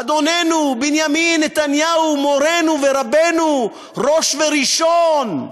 אדוננו בנימין נתניהו, מורנו ורבנו, ראש וראשון,